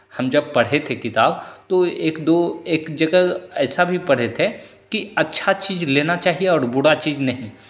हम जब पढ़े थे किताब तो एक दो एक जगह ऐसा भी पढ़े थे कि अच्छा चीज़ लेना चाहिए और बुरा चीज़ नहीं